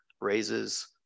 raises